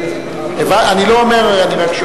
עברה בקריאה טרומית,